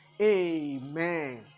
Amen